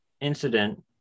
incident